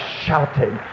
shouting